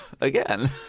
again